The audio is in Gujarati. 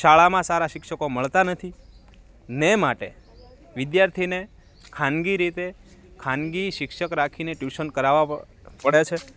શાળામાં સારા શિક્ષકો મળતા નથી ને માટે વિદ્યાર્થીને ખાનગી રીતે ખાનગી શિક્ષક રાખીને ટ્યુશન કરાવવા પડે છે